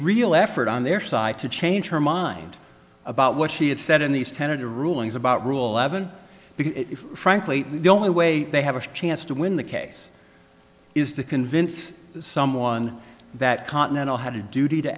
real effort on their side to change her mind about what she had said in these tentative rulings about ruhleben because frankly the only way they have a chance to win the case is to convince someone that continental had a duty to